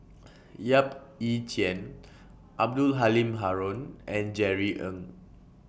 Yap Ee Chian Abdul Halim Haron and Jerry Ng